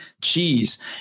cheese